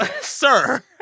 sir